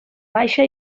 baixa